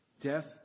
Death